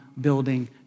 building